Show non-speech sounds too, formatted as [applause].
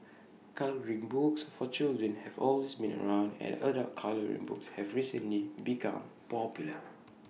colouring books for children have always been around and adult colouring books have recently become popular [noise]